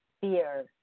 fear